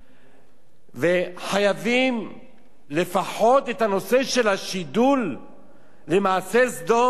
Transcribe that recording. חייבים לפחות את הנושא של השידול למעשי סדום ולמעשי תועבה,